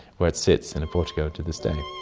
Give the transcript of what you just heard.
where it sits in a portico to this day.